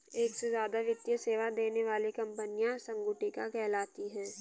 एक से ज्यादा वित्तीय सेवा देने वाली कंपनियां संगुटिका कहलाती हैं